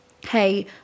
hey